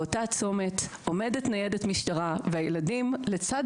ובאותה צומת עומדת ניידת משטרה והילדים לצד